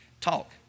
talk